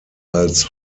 als